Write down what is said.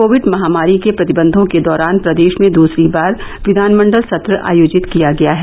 Covid महामारी के प्रतिबयों के दौरान प्रदेश में दूसरी बार विधानमंडल सत्र आयोजित किया गया है